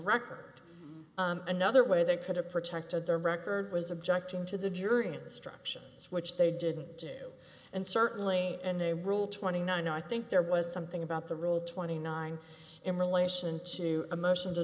record another way they could have protected their record was objecting to the jury instructions which they didn't do and certainly in a rule twenty nine i think there was something about the rule twenty nine in relation to a motion to